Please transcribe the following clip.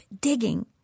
digging